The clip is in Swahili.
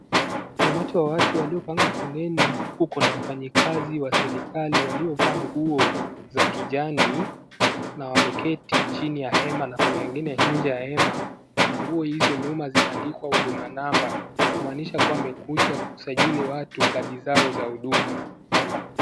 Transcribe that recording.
Kuna umati wa watu waliopanga foleni huku kuna wafanyikazi wa serikali waliovaa nguo za kijani na wameketi chini ya hema na kuna wengine nje ya hema na nguo hizo nyuma zimeandika huduma namba kumaanisha kuwa wamekuja kusajili watu kadi zao za huduma namba.